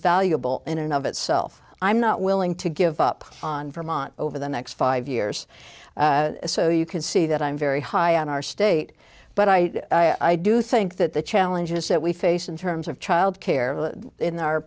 and of itself i'm not willing to give up on vermont over the next five years so you can see that i'm very high on our state but i i do think that the challenges that we face in terms of childcare in our